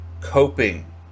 coping